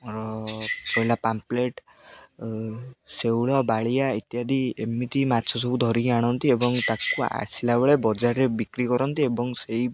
ଆଉ ଆମର ରହିଲା ପାମ୍ପଲେଟ୍ ଶେଉଳ ବାଳିଆ ଇତ୍ୟାଦି ଏମିତି ମାଛ ସବୁ ଧରିକି ଆଣନ୍ତି ଏବଂ ତାକୁ ଆସିଲା ବେଳେ ବଜାରରେ ବିକ୍ରି କରନ୍ତି ଏବଂ ସେଇ